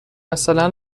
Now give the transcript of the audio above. مثلا